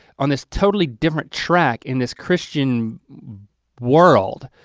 on this totally different track in this christian world.